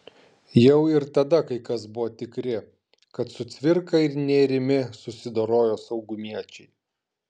jau ir tada kai kas buvo tikri kad su cvirka ir nėrimi susidorojo saugumiečiai